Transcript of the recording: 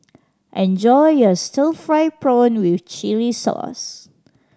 enjoy your stir fried prawn with chili sauce